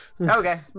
Okay